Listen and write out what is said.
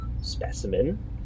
specimen